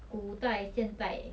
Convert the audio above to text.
古代现代